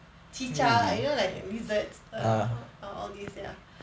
cicak you know like lizards all these ya